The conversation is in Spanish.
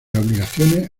obligaciones